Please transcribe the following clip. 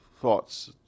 thoughts